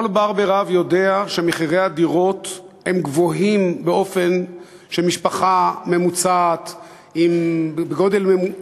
כל בר-בי-רב יודע שמחירי הדירות גבוהים באופן שמשפחה ממוצעת ממוצעת,